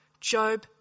Job